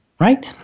right